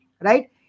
right